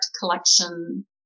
collection